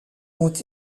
ont